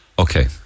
Okay